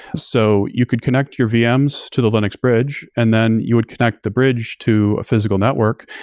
so you could connect your vms to the linux bridge, and then you would connect the bridge to a physical network,